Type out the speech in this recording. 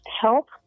Help